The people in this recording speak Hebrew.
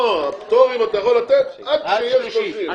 לא, הפטורים אתה יכול לתת עד שיהיה לי 30,